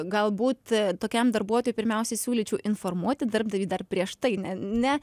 galbūt tokiam darbuotojui pirmiausiai siūlyčiau informuoti darbdavį dar prieš tai ne ne